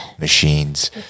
machines